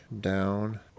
Down